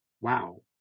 wow